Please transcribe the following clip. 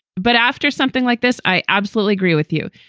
but after something like this, i absolutely agree with you.